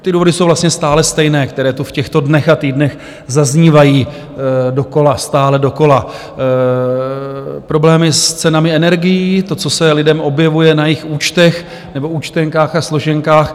Ty důvody jsou vlastně stále stejné, které tu v těchto dnech a týdnech zaznívají stále dokola problémy s cenami energií, to, co se lidem objevuje na jejich účtech nebo účtenkách a složenkách.